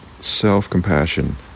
self-compassion